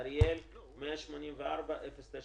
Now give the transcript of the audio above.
אריאל 184,095,